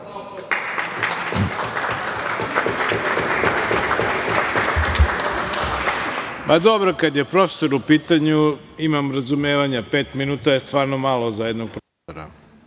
Dačić** Kada je profesor u pitanju imam razumevanja. Pet minuta je stvarno malo za jednog profesora. Pošto